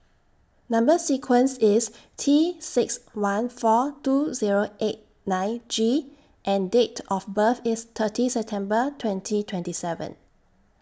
Number sequence IS T six one four two Zero eight nine G and Date of birth IS thirty September twenty twenty seven